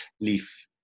leaf